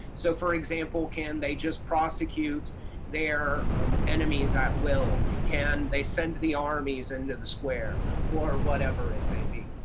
so for example, can they just prosecute their enemies at will? can they send the armies into the square or whatever it may be?